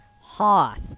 Hoth